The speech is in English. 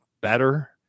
better